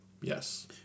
Yes